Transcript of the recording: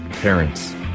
parents